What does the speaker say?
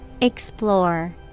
Explore